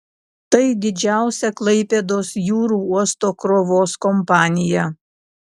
tai didžiausia klaipėdos jūrų uosto krovos kompanija